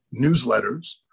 newsletters